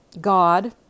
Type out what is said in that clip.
God